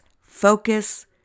focus